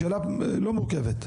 שאלה לא מורכבת.